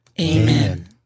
Amen